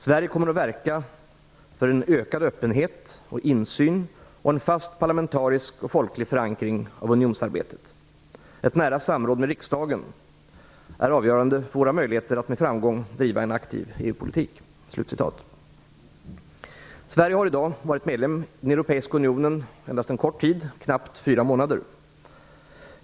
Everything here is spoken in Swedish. Sverige kommer att verka för en ökad öppenhet och insyn och en fast parlamentarisk och folklig förankring av unionsarbetet. Ett nära samråd med riksdagen är avgörande för våra möjligheter att med framgång driva en aktiv EU-politik." Sverige har i dag varit medlem i den europeiska unionen endast en kort tid, knappt fyra månader.